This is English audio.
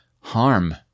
harm